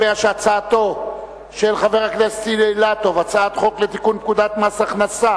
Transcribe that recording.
ההצעה להעביר את הצעת חוק לתיקון פקודת מס הכנסה